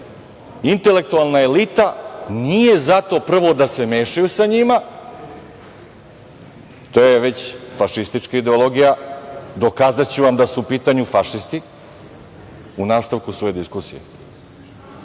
intelektualna elita nije zato, prvo, da se mešaju sa njima, to je već fašistička ideologija, dokazaću vam da su u pitanju fašisti u nastavku svoje diskusije